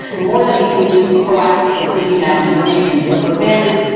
the more that we can do in proactively pushing out information. so, for families,